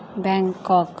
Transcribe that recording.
bank ਕੋਂਕ